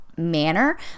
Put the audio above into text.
manner